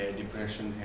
depression